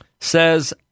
says